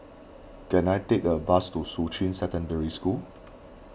can I take a bus to Shuqun Secondary School